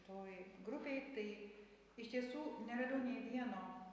toj grupėj tai iš tiesų neradau nė vieno